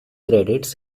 credits